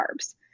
carbs